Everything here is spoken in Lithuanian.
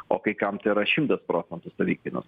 o kai kam tai yra šimtas procentų savikainos